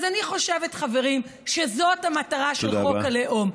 אז אני חושבת, חברים, שזאת המטרה של חוק הלאום.